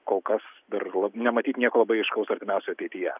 kol kas dar la nematyt nieko labai aiškaus artimiausioj ateityje